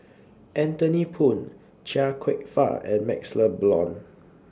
Anthony Poon Chia Kwek Fah and MaxLe Blond